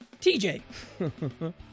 TJ